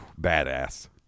Badass